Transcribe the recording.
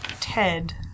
Ted